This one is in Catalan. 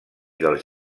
dels